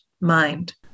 mind